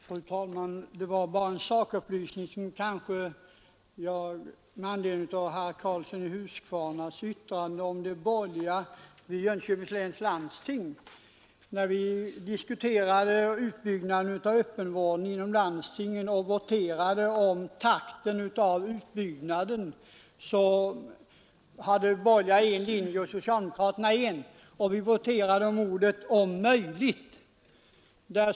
Fru talman! Det är bara en sakupplysning som jag kanske bör lämna med anledning av herr Karlssons i Huskvarna yttrande om de borgerliga i Jönköpings läns landsting. När vi diskuterade utbyggnaden av öppenvården inom landstinget och utbyggnadstakten föreslog de borgerliga en linje och socialdemokraterna en annan linje, och vi voterade då om orden ”om möjligt”.